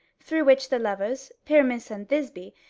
through which the lovers, pyramus and thisby,